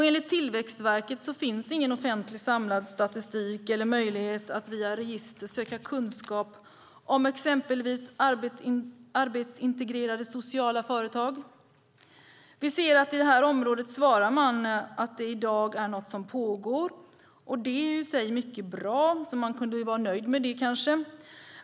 Enligt Tillväxtverket finns ingen offentlig samlad statistik eller möjlighet att via register söka kunskap om exempelvis arbetsintegrerande sociala företag. Vi ser att man på det här området svarar att det i dag är något som pågår. Det är i sig mycket bra. Man kunde kanske vara nöjd med det.